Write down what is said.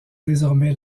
désormais